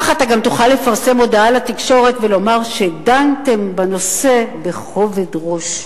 כך אתה גם תוכל לפרסם הודעה לתקשורת ולומר שדנתם בנושא בכובד ראש.